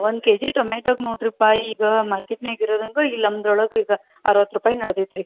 ಒಂದು K G ಟೊಮ್ಯಾಟೋಗೆ ನೋಡಿರಿ ಪಾ ಈಗ ಮಾರ್ಕೆಟ್ನ್ಯಾಗೆ ಇರೋದಂಗೆ ಇಲ್ಲಿ ನಮ್ದೊಳಗೆ ಈಗ ಅರುವತ್ತು ರೂಪಾಯಿ ನಡ್ದೈತೆ ರೀ